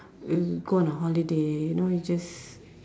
mm go on a holiday you know you just